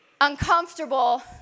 uncomfortable